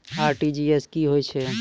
RTGS की होय छै?